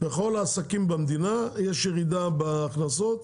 בכל העסקים במדינה יש ירידה בהכנסות.